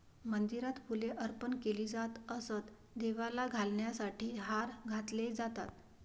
मंदिरात फुले अर्पण केली जात असत, देवाला घालण्यासाठी हार घातले जातात